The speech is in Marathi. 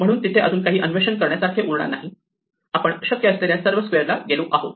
म्हणून तिथे अजून काही अन्वेषण करण्यासारखे उरणार नाही आणि आपण शक्य असलेल्या सर्व स्क्वेअरला गेलो आहोत